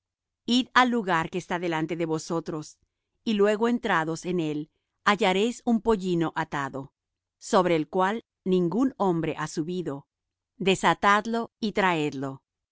id al lugar que está delante de vosotros y luego entrados en él hallaréis un pollino atado sobre el cual ningún hombre ha subido desatadlo y traedlo